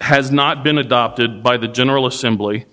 has not been adopted by the general assembly